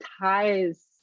ties